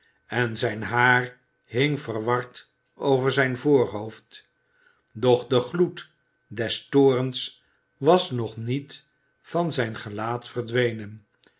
en zijn haar hing verward over zijn voorhoofd doch de gloed des toorns was nog niet van zijn gelaat verdwenen